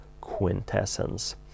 quintessence